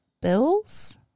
Bills